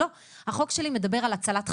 לא, החוק שלי מדבר על הצלת חיים.